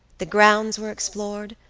the grounds were explored.